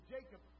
Jacob